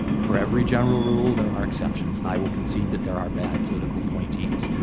for every general rule there are exceptions, and i will concede that there are bad political appointees.